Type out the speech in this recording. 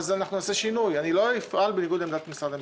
אז אנחנו נעשה שינוי אני לא אפעל בניגוד למשרד המשפטים.